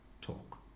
talk